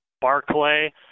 Barclay